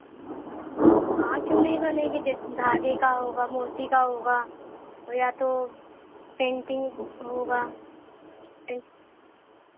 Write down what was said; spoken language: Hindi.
हाँ क्यों नहीं बनेगी धागे जित का होगा मोती का होगा या तो पेंटिंग होगा पेंट